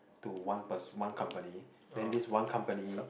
to one pers one company then this one company